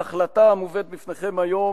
בהחלטה המובאת בפניכם היום